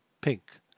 pink